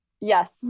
yes